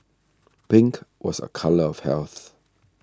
pink was a colour of health